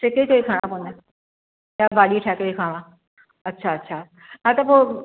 सेके करे खाइणा पवंदा आहिनि या भाॼी ठाहे करे खावां अछा अछा हा त पोइ